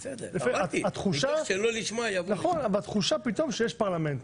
התחושה פתאום היא שיש פרלמנט.